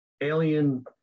alien